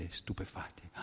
stupefatti